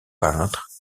peintres